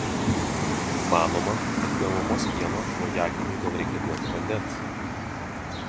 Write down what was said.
manoma kad be mamos pieno naujagimiui gal reikia duoti vandens